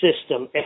system